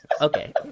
okay